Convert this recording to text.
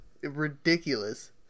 ridiculous